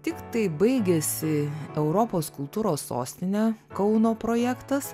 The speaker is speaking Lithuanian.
tiktai baigėsi europos kultūros sostinė kauno projektas